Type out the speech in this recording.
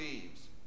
thieves